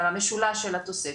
על המשולש של התוספת.